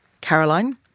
Caroline